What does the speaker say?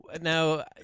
now